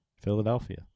Philadelphia